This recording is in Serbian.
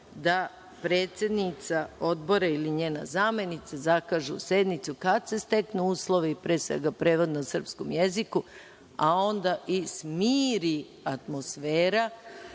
da predsednica Odbora ili njena zamenica zakažu sednicu kada se steknu uslovi, pre svega prevod na srpskom jeziku, a onda i smiri atmosfera